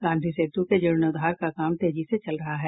गांधी सेतू के जीर्णोद्वार का काम तेजी से चल रहा है